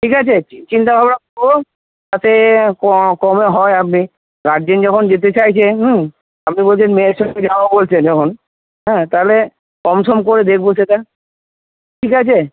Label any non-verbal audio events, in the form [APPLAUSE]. ঠিক আছে চিন্তাভাবনা করুন [UNINTELLIGIBLE] কমে হয় আপনি গার্জেন যখন যেতে চাইছেন আপনি বলছেন মেয়ের সাথে যাবো বলছেন যখন হ্যাঁ তাহলে কমসম করে দেখবো সেটা ঠিক আছে